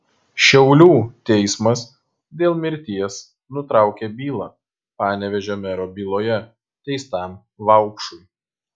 šiaulių teismas dėl mirties nutraukė bylą panevėžio mero byloje teistam vaupšui